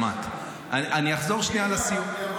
--- ינון,